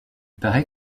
paraît